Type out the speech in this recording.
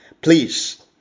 Please